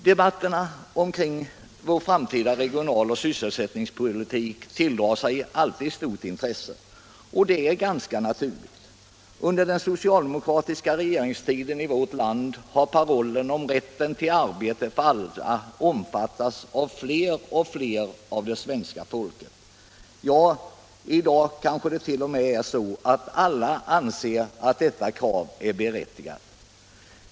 Debatterna om vår framtida regional och sysselsättningspolitik tilldrar sig alltid stort intresse. Det är naturligt. Under den socialdemokratiska regeringstiden i vårt land har parollen om rätt till arbete för alla omfattats av fler och fler människor. Ja, i dag kanske t.o.m. alla anser att detta krav är berättigat.